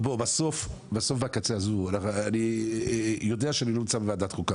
בסוף, בקצה, אני יודע שאני לא נמצא בוועדת חוקה.